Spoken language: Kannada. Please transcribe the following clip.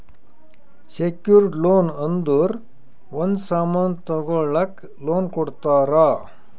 ಸೆಕ್ಯೂರ್ಡ್ ಲೋನ್ ಅಂದುರ್ ಒಂದ್ ಸಾಮನ್ ತಗೊಳಕ್ ಲೋನ್ ಕೊಡ್ತಾರ